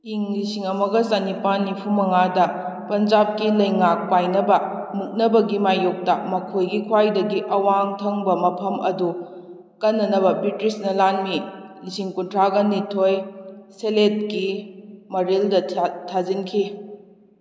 ꯏꯪ ꯂꯤꯁꯤꯡ ꯑꯃꯒ ꯆꯅꯤꯄꯥꯜ ꯅꯤꯐꯨꯃꯉꯥꯗ ꯄꯟꯖꯥꯕꯀꯤ ꯂꯩꯉꯥꯛ ꯄꯥꯏꯅꯕ ꯃꯨꯛꯅꯕꯒꯤ ꯃꯥꯌꯣꯛꯇ ꯃꯈꯣꯏꯒꯤ ꯈ꯭ꯋꯥꯏꯗꯒꯤ ꯑꯋꯥꯡ ꯊꯪꯕ ꯃꯐꯝ ꯑꯗꯨ ꯀꯟꯅꯅꯕ ꯕ꯭ꯔꯤꯇꯤꯁꯅ ꯂꯥꯟꯃꯤ ꯂꯤꯁꯤꯡ ꯀꯨꯟꯊ꯭ꯔꯥꯒ ꯅꯤꯊꯣꯏ ꯁꯦꯂꯦꯠꯀꯤ ꯃꯔꯤꯜꯗ ꯊꯥꯖꯤꯟꯈꯤ